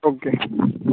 okay